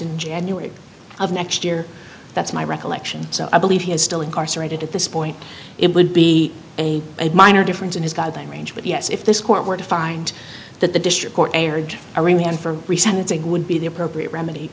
in january of next year that's my recollection so i believe he is still incarcerated at this point it would be a minor difference in his guiding range but yes if this court were to find that the district court erred i ring him for recent it's it would be the appropriate remedy